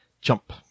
jump